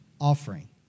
offering